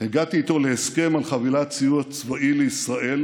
הגעתי איתו להסכם על חבילת סיוע צבאי לישראל,